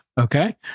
Okay